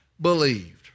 believed